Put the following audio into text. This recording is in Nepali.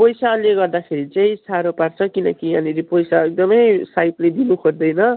पैसाले गर्दाखेरि चाहिँ साह्रो पार्छ किनकि यहाँनिर पैसा एकदमै साहेबले दिनु खोज्दैन